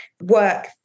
work